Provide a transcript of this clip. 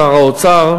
לשר האוצר,